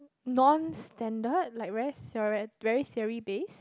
non standard like very theore~ very theory based